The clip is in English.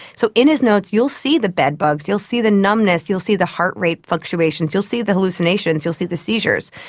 so in his notes you'll see the bedbugs, you'll see the numbness, you'll see the heart rate fluctuations, you'll see the hallucinations, you'll see the seizures,